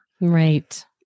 Right